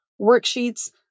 worksheets